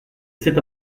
cet